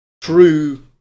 true